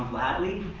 gladly,